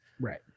Right